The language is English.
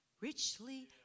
richly